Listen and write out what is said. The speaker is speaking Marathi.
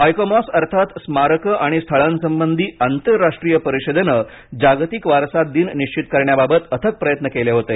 आयकोमॉस अर्थात स्मारकं आणि स्थळांसंबधी आंतरराष्ट्रीय परिषदेनं जागतिक वारसा दिन निश्वित करण्याबाबत अथक प्रयत्न केले होते